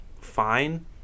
fine